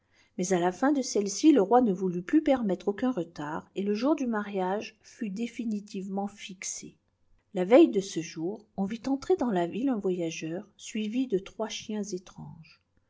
mais à la fin de celle-ci le roi ne voulut plus permettre aucun retard et le jour du mariage fut définitivement fixé la veille de ce jour on vit entrer dans la ville un voyageur suivi de trois chiens étranges